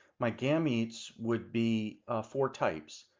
my gametes would be four types.